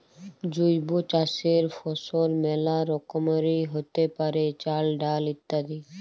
জৈব চাসের ফসল মেলা রকমেরই হ্যতে পারে, চাল, ডাল ইত্যাদি